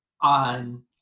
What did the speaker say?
on